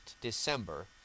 December